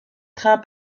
train